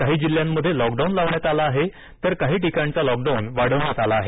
काही जिल्ह्यांमध्ये लॉकडाऊन लावण्यात आला आहे तर काही ठिकाणचा लॉकडाऊन वाढवण्यात आला आहे